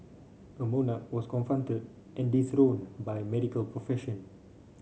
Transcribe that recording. a monarch was confronted and dethroned by medical profession